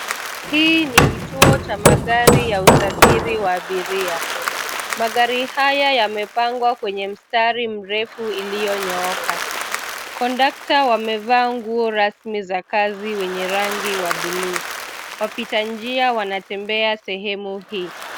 Hiki ni kituo cha magari ya usafiri wa abiria. Magari haya yamepangwa kwenye mstari mrefu uliyonyooka. Kondakta wamevaa nguo rasmi za kazi zenye rangi ya bluu. Wapita njia wanatembea sehemu hii.